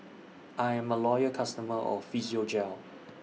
I'm A Loyal customer of Physiogel